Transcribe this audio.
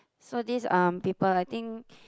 so these um people I think